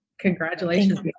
Congratulations